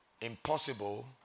impossible